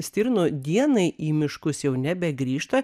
stirnų dienai į miškus jau nebegrįžta